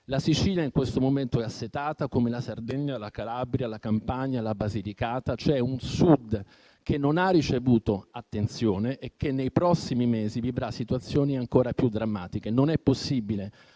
La Sicilia in questo momento è assetata, come la Sardegna, la Calabria, la Campania, la Basilicata. C'è un Sud che non ha ricevuto attenzione e che nei prossimi mesi vivrà situazioni ancora più drammatiche. Non è possibile avere